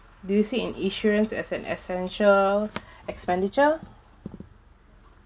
do you see an insurance as an essential expenditure